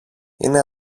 είναι